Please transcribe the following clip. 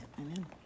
Amen